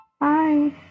Hi